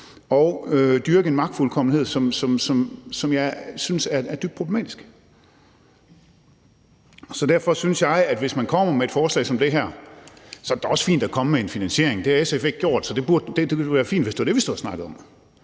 at dyrke en magtfuldkommenhed, som jeg synes er dybt problematisk. Derfor synes jeg, at hvis man kommer med et forslag som det her, ville det da også være fint at komme med en finansiering. Det har SF ikke gjort. Det ville da være fint, hvis det var det, vi stod og snakkede om.